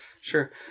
Sure